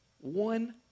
one